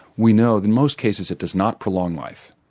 we know in most cases it does not prolong life,